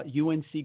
UNC